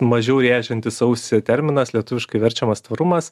mažiau rėžiantis ausį terminas lietuviškai verčiamas tvarumas